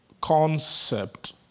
concept